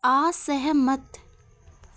असहमत